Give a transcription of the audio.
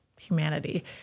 humanity